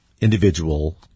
individual